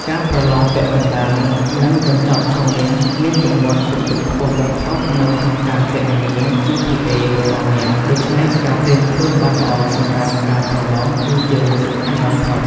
ការប្រឡងពាក់កណ្តាល និងបញ្ចប់ឆមាសមានទម្ងន់ពិន្ទុខ្ពស់បំផុតនៅក្នុងការគណនា ជីភីអេ របស់អ្នក។ ដូច្នេះ ការត្រៀមខ្លួនបានល្អសម្រាប់ការប្រឡងគឺជារឿងសំខាន់បំផុត។